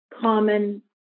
common